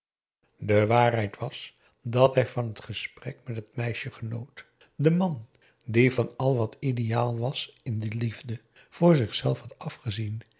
de waarheid was dat hij van het gesprek met het meisje genoot de man die van al wat ideaal was in de liefde voor zichzelf had afgezien